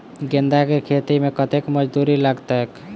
गेंदा केँ खेती मे कतेक मजदूरी लगतैक?